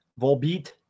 Volbeat